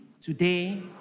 today